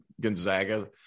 Gonzaga